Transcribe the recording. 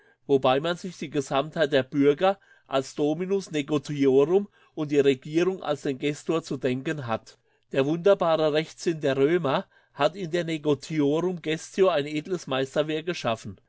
wobei man sich die gesammtheit der bürger als dominus negotiorum und die regierung als den gestor zu denken hat der wunderbare rechtssinn der römer hat in der